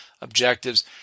objectives